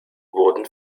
wurden